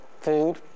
food